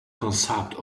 concept